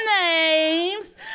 names